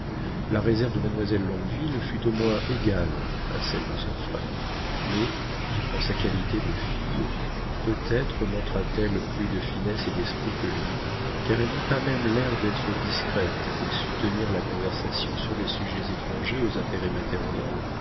la réserve de mademoiselle longueville fut au moins égale à celle de son frère mais en sa qualité de fille peut-être montra-t-elle plus de finesse et d'esprit que lui car elle n'eut pas même l'air d'être discrète et sut tenir la conversation sur des sujets étrangers aux intérêts matériels